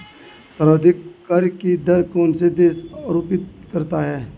सर्वाधिक कर की दर कौन सा देश आरोपित करता है?